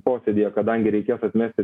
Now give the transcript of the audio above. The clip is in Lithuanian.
posėdyje kadangi reikės atmesti